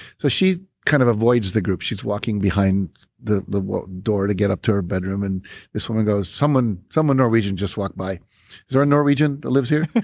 so she kind of avoids the group. she's walking behind the the door to get up to her bedroom and this woman goes, someone someone norwegian just walked by. is there a norwegian that lives here?